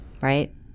right